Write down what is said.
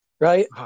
Right